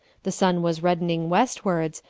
the sun was reddening westwards,